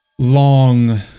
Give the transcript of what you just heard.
Long